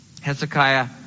Hezekiah